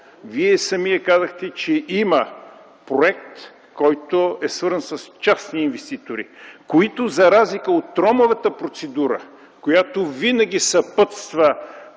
Вие казахте, че има проект, свързан с частни инвеститори, които за разлика от тромавата процедура, която винаги съпътства